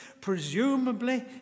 Presumably